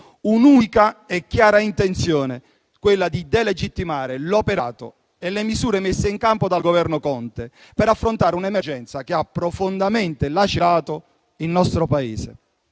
un'unica e chiara intenzione, quella di delegittimare l'operato e le misure messe in campo dal Governo Conte per affrontare un'emergenza che ha profondamente lacerato il nostro Paese.